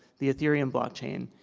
the ethereum blockchain?